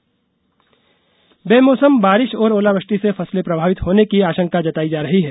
मौसम बेमौसम बारिश और ओलावृष्टि से फसलें प्रभावित होने की आशंका जताई जा रही है